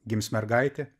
gims mergaitė